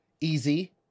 easy